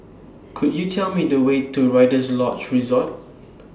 Could YOU Tell Me The Way to Rider's Lodge Resort